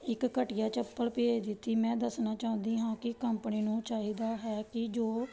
ਇੱਕ ਘਟੀਆ ਚੱਪਲ ਭੇਜ ਦਿੱਤੀ ਮੈਂ ਦੱਸਣਾ ਚਾਹੁੰਦੀ ਹਾਂ ਕਿ ਕੰਪਨੀ ਨੂੰ ਚਾਹੀਦਾ ਹੈ ਕਿ ਜੋ